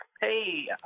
Hey